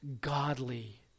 godly